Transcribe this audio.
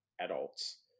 adults